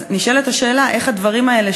אז נשאלת השאלה: איך הדברים האלה,